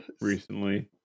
recently